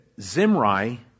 Zimri